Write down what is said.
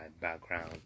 background